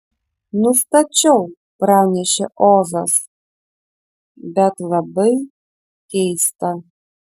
nustačiau pranešė ozas bet labai keista